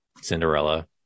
cinderella